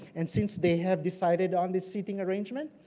and since they have decided on this seating arrangement,